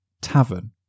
tavern